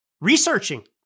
researching